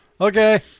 Okay